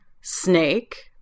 Snake